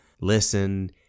listen